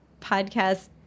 podcast